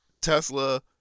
Tesla